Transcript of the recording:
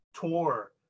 tour